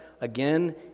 Again